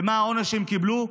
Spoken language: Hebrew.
ומה העונש שהם קיבלו?